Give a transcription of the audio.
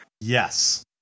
Yes